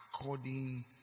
According